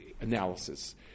analysis